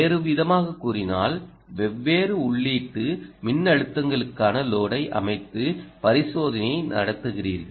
வேறுவிதமாகக் கூறினால் வெவ்வேறு உள்ளீட்டு மின்னழுத்தங்களுக்கான லோடை அமைத்து பரிசோதனையை நடத்துகிறீர்கள்